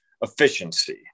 efficiency